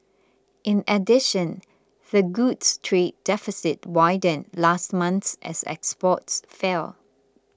in addition the goods trade deficit widened last month as exports fell